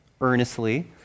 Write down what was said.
earnestly